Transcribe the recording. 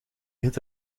het